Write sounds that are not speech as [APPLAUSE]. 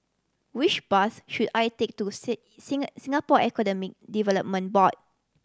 which bus should I take to [UNINTELLIGIBLE] Singapore Economy Development Board